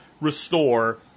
restore